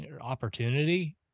opportunity